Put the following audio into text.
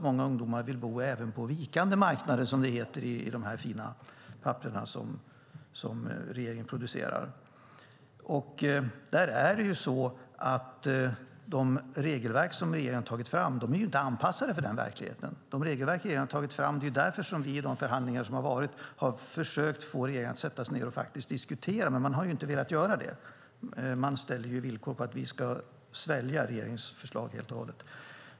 Många ungdomar vill bo även på vikande marknader, som det heter i de fina papperen som regeringen producerar. De regelverk som regeringen har tagit fram är inte anpassade till den verkligheten. Det är därför som vi i de förhandlingar som har varit har försökt få regeringen att sätta sig ned och faktiskt diskutera, men man har inte velat göra det. Man ställer ju villkor på att vi ska svälja regeringens förslag helt och hållet.